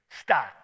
Stop